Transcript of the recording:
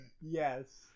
Yes